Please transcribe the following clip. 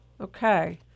Okay